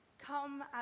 Come